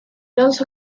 also